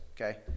okay